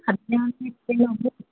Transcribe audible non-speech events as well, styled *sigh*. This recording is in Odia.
*unintelligible*